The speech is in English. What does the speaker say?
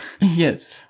yes